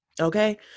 okay